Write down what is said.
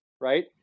Right